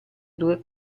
due